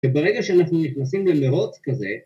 ‫וברגע שאנחנו נכנסים למרוץ כזה...